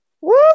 woo